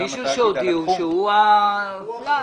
מישהו שהודיעו שהוא האחראי.